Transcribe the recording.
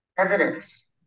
evidence